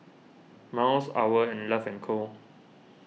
Miles Owl and Love and Co